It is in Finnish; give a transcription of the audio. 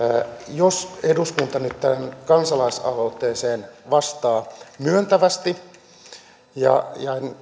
jos eduskunta nyt tähän kansalaisaloitteeseen vastaa myöntävästi ja